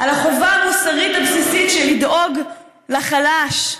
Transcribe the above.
על החובה המוסרית הבסיסית לדאוג לחלש,